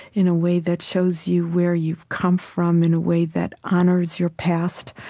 in a way that shows you where you've come from, in a way that honors your past,